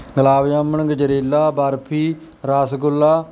ਗਲਾਬ jamun gajrela barfi rasgulla